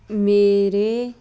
ਮੇਰੇ